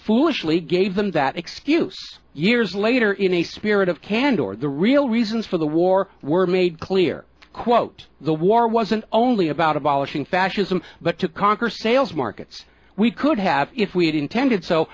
foolishly gave them that excuse years later in a spirit of candour the real reasons for the war were made clear quote the war wasn't only about abolishing fascism but to conquer sales markets we could have if we had intended so